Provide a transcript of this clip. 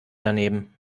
daneben